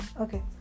Okay